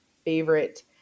Favorite